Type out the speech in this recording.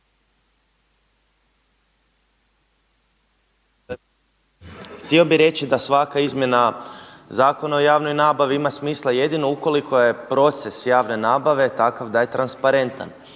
htio bi reći da svaka izmjena Zakon o javnoj nabavi ima smisla jedino ukoliko je proces javne nabave takav da je transparentan,